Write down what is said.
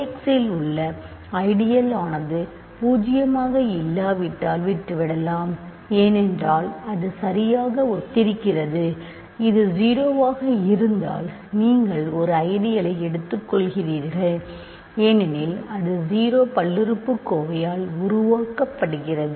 Kx இல் உள்ள ideal ஆனது பூஜ்ஜியமாக இல்லாவிட்டால் விட்டுவிடலாம் ஏனென்றால் அது சரியாக ஒத்திருக்கிறது இது 0 ஆக இருந்தால் நீங்கள் ஒரு ஐடியலை எடுத்துக்கொள்கிறீர்கள் ஏனெனில் அது 0 பல்லுறுப்புக்கோவையால் உருவாக்கப்படுகிறது